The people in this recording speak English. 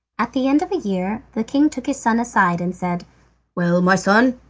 at the end of a year the king took his son aside, and said well, my son,